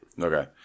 Okay